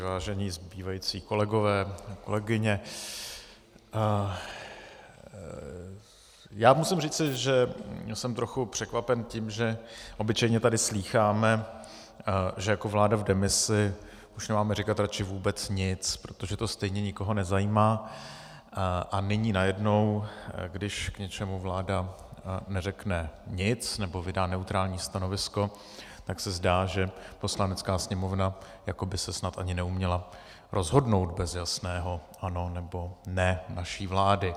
Vážení zbývající kolegové a kolegyně, já musím říci, že jsem trochu překvapen tím, že obyčejně tady slýcháme, že jako vláda v demisi už nemáme říkat radši vůbec nic, protože to stejně nikoho nezajímá, a nyní najednou, když k něčemu vláda neřekne nic nebo vydá neutrální stanovisko, tak se zdá, že Poslanecká sněmovna jako by se snad ani neuměla rozhodnout bez jasného ano nebo ne naší vlády.